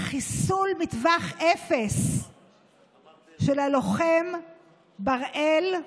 לחיסול בטווח אפס של הלוחם בראל,